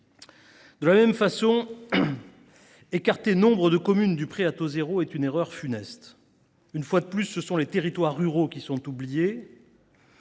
De la même façon, écarter nombre de communes du prêt à taux zéro est une erreur funeste. Une fois de plus, ce sont les territoires ruraux qui sont oubliés.